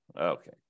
Okay